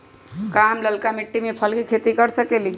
का हम लालका मिट्टी में फल के खेती कर सकेली?